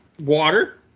water